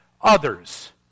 others